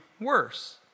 worse